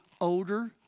older